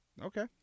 Okay